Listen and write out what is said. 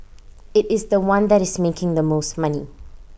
IT is The One that is making the most money